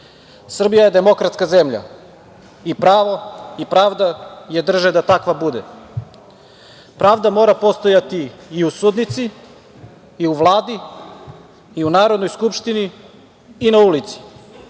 Srbija je demokratska zemlja i pravo i pravda je drže da takva bude. Pravda mora postojati i u sudnici, i u Vladi, i u Narodnoj skupštini i na ulici,